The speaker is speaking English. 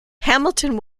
hamilton